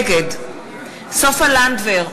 נגד סופה לנדבר,